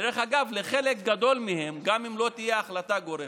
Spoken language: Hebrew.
דרך אגב, גם אם לא תהיה החלטה גורפת,